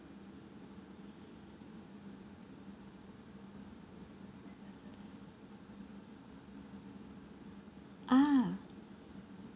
ah